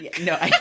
No